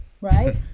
right